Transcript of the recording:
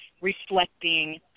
reflecting